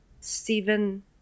Stephen